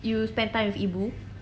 you spend time with ibu